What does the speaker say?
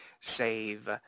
save